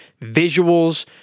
visuals